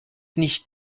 nicht